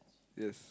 yes